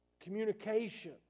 communication